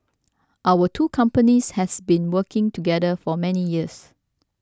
our two companies has been working together for many years